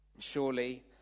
Surely